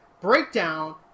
breakdown